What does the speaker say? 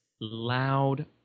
loud